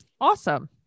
Awesome